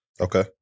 Okay